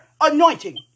anointing